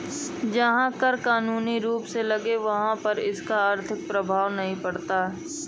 जहां कर कानूनी रूप से लगे वहाँ पर इसका आर्थिक प्रभाव नहीं पड़ता